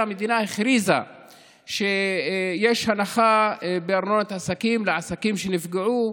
המדינה הכריזה שיש הנחה בארנונת עסקים לעסקים שנפגעו,